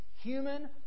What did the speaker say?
human